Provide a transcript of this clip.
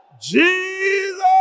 Jesus